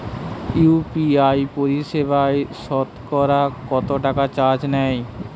UPI পরিসেবায় সতকরা কতটাকা চার্জ নেয়?